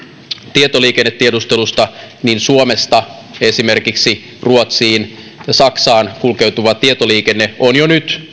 tietoliikennetiedustelusta niin suomesta esimerkiksi ruotsiin ja saksaan kulkeutuva tietoliikenne on jo nyt